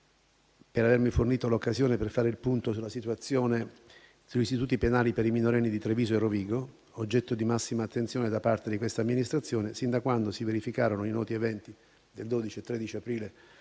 per avermi fornito l'occasione per fare il punto sulla situazione degli Istituti penali per i minorenni (IPM) di Treviso e Rovigo, oggetto di massima attenzione da parte di quest'Amministrazione, sin da quando si verificarono i noti eventi del 12 e 13 aprile